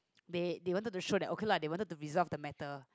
they they want to show that okay lah they wanted to resolve of the matter